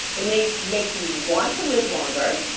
it may make you want to live longer.